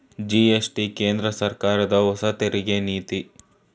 GST ಕೇಂದ್ರ ಸರ್ಕಾರದ ಹೊಸ ತೆರಿಗೆ ನೀತಿ